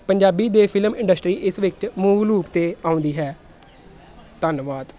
ਪੰਜਾਬੀ ਦੇ film industry ਇਸ ਵਿੱਚ ਮੂਲ ਰੂਪ 'ਤੇ ਆਉਂਦੀ ਹੈ ਧੰਨਵਾਦ